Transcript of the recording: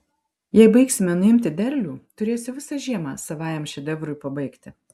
jei baigsime nuimti derlių turėsiu visą žiemą savajam šedevrui pabaigti